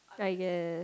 I guess